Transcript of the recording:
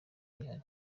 bihari